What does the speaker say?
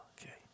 okay